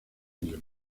ello